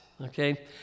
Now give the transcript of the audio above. okay